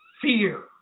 fear